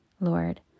Lord